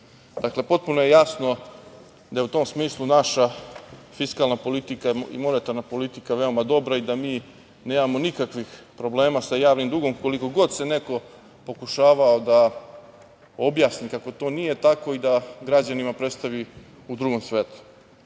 200.Dakle, potpuno je jasno da je u tom smislu naša fiskalna politika i monetarna politika veoma dobra i da mi nemamo nikakvih problema sa javnim dugom koliko god neko pokušava da objasni kako to nije tako i da građanima predstavi u drugom svetlu. Bilo